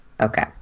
okay